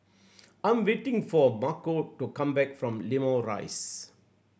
I'm waiting for Marco to come back from Limau Rise